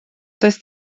does